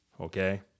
okay